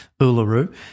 Uluru